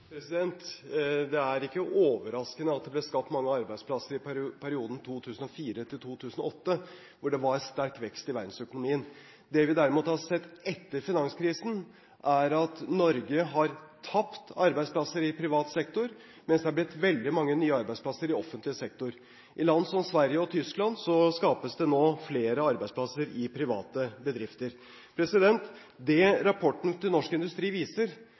Det er ikke overraskende at det ble skapt mange arbeidsplasser i perioden 2004–2008, da det var sterk vekst i verdensøkonomien. Det vi derimot har sett etter finanskrisen, er at Norge har tapt arbeidsplasser i privat sektor, mens det har blitt veldig mange nye arbeidsplasser i offentlig sektor. I land som Sverige og Tyskland skapes det nå flere arbeidsplasser i private bedrifter. Det rapporten til Norsk Industri viser,